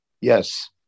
Yes